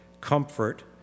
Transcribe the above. comfort